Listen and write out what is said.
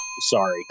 Sorry